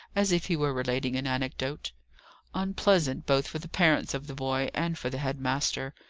as if he were relating an anecdote unpleasant both for the parents of the boy, and for the head-master.